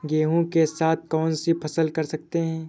गेहूँ के साथ कौनसी फसल कर सकते हैं?